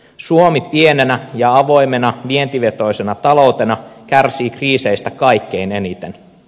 suomi pienenä ja avoimena vientivetoisena taloutena kärsii kriiseistä kaikkein eniten